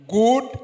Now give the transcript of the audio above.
good